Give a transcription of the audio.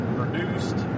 produced